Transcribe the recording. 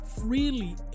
freely